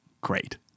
great